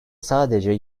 sadece